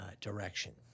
direction